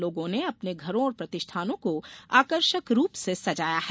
लोगों ने अपने घरों और प्रतिष्ठानों को आकर्षक रूप से सजाया है